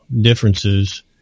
differences